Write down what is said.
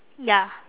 ya